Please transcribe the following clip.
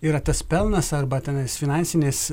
yra tas pelnas arba tenais finansinis